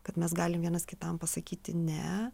kad mes galim vienas kitam pasakyti ne